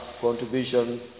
contribution